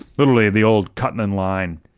literally the old cutting in line,